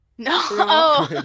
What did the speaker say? no